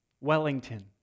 Wellington